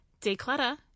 declutter